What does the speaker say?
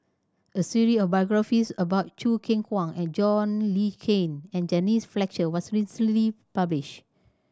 a series of biographies about Choo Keng Kwang and John Le Cain and Denise Fletcher was recently publish